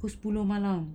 pukul sepuluh malam